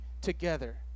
together